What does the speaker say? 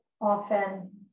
often